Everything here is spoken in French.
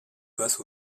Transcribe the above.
passe